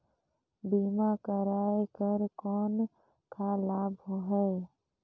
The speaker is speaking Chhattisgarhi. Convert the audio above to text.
बीमा कराय कर कौन का लाभ है?